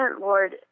Lord